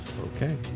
Okay